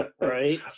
Right